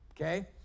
okay